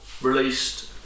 released